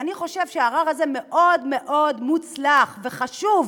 ואני חושב שהערר הזה מאוד מאוד מוצלח וחשוב,